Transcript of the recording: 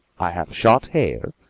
i have short hair,